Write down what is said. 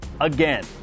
again